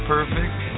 Perfect